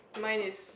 mine is